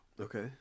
Okay